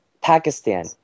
Pakistan